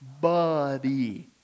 Body